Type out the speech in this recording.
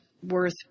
worth